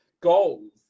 goals